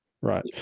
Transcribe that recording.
Right